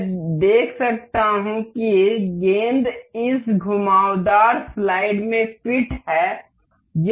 मैं देख सकता हूं कि गेंद इस घुमावदार स्लाइड में फिट है